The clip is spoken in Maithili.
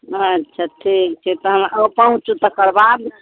अच्छा ठीक छै पहुँचू तक्कर बाद